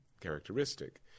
characteristic